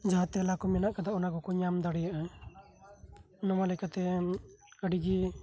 ᱚᱱᱟ ᱠᱚ ᱚᱧᱟᱢ ᱫᱟᱲᱮᱭᱟᱜᱼᱟ ᱚᱱᱟ ᱞᱮᱟᱛᱮ ᱟᱹᱰᱤ ᱜᱮ